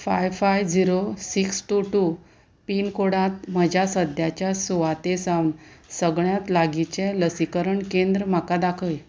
five five zero six two two पिनकोडांत म्हज्या सद्याच्या सुवाते सावन सगळ्यांत लागींचें लसीकरण केंद्र म्हाका दाखय